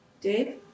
Dave